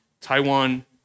Taiwan